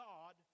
God